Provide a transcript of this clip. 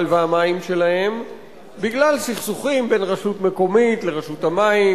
והמים שלהם בגלל סכסוכים בין רשות מקומית לרשות המים